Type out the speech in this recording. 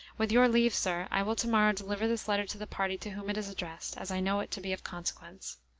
with your leave, sir, i will to-morrow deliver this letter to the party to whom it is addressed, as i know it to be of consequence.